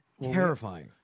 Terrifying